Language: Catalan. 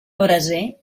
braser